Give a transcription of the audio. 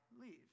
leave